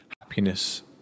happiness